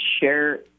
share